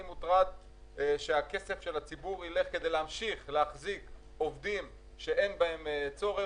אני מוטרד שהכסף של הציבור ילך כדי להמשיך להחזיק עובדים שאין בהם צורך,